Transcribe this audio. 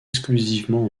exclusivement